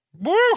Woo